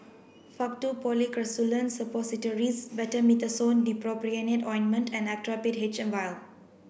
Faktu Policresulen Suppositories Betamethasone Dipropionate Ointment and Actrapid H M vial